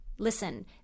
listen